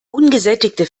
ungesättigte